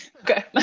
Okay